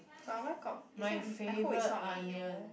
but why got is that I hope is not Mayo